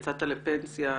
יצאת לפנסיה.